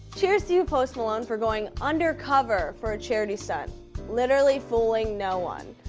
cheers to you post malone for going undercover for a charity stunt literally fooling no one.